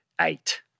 eight